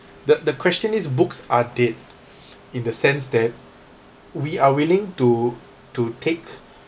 the the question is books are dead in the sense that we are willing to to take